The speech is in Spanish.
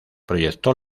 proyectó